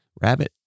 rabbit